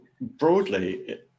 broadly